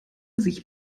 sich